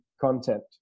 content